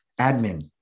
admin